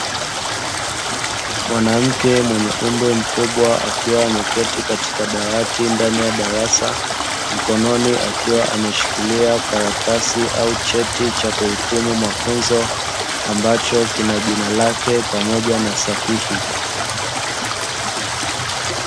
Mwanamke mwenye umri mkubwa akiwa ameketi katika dawati ndani ya darasa, mkononi akiwa ameshikilia karatasi au cheti cha kuhitimu mafunzo ambacho kina jina lake pamoja na sahihi.